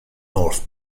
north